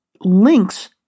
links